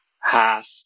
half